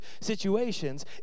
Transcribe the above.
situations